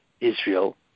Israel